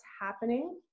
happening